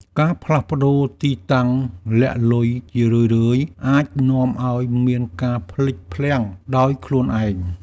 ការផ្លាស់ប្តូរទីតាំងលាក់លុយជារឿយៗ អាចនាំឱ្យមានការភ្លេចភ្លាំងដោយខ្លួនឯង។